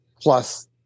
plus